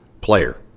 player